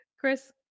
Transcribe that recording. Chris